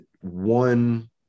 one